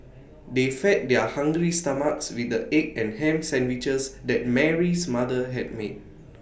they fed their hungry stomachs with the egg and Ham Sandwiches that Mary's mother had made